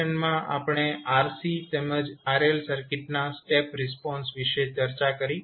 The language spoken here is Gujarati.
આ સેશનમાં આપણે RC તેમજ RL સર્કિટના સ્ટેપ રિસ્પોન્સ વિશે ચર્ચા કરી